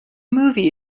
movie